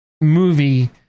Movie